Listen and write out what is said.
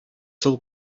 сул